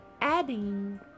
adding